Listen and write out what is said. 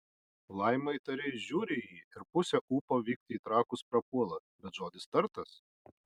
laima įtariai žiūri į jį ir pusė ūpo vykti į trakus prapuola bet žodis tartas